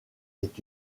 est